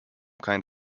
kind